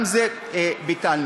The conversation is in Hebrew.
גם את זה ביטלנו.